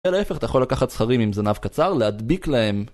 ולהפך אתה יכול לקחת זכרים עם זנב קצר להדביק להם